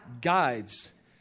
guides